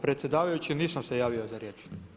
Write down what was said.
Predsjedavajući nisam se javio za riječ.